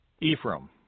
Ephraim